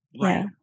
Right